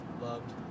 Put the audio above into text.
loved